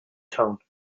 tone